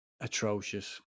Atrocious